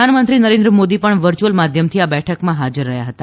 પ્રધાનમંત્રી નરેન્દ્ર મોદી પણ વર્ચ્યુઅલ માધ્યમથી આ બેઠકમાં હાજર રહ્યા હતા